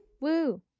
Woo